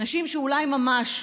נשים שאולי ממש,